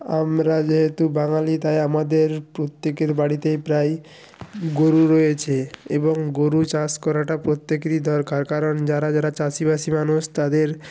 আমরা যেহেতু বাঙালি তাই আমাদের প্রত্যেকের বাড়িতেই প্রায় গরু রয়েছে এবং গরু চাষ করাটা প্রত্যেকেরই দরকার কারণ যারা যারা চাষিবাসি মানুষ তাদের